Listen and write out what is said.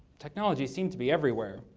technology seemed to be everywhere.